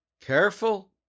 Careful